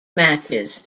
matches